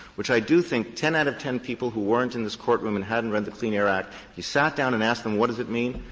which i do think ten out of ten people who weren't in this courtroom and hadn't read the clean air act, if you sat down and asked them what does it mean?